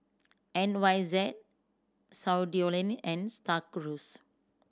N Y Z Studioline and Star Cruise